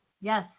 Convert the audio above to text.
Yes